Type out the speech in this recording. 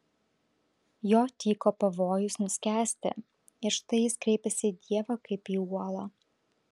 jo tyko pavojus nuskęsti ir štai jis kreipiasi į dievą kaip į uolą